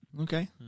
Okay